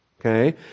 okay